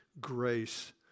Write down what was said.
grace